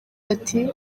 ati